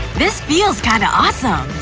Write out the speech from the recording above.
this feels kinda awesome.